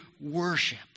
worship